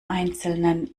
einzelnen